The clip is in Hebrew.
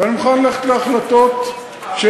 ואני מוכן ללכת להחלטות שהן,